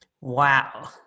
Wow